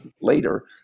later